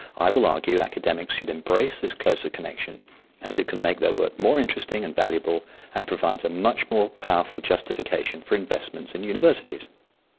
i will argue academics should embrace this closer connection as it can make their work more interesting and valuable and provides a much more powerful justification for investments in universities.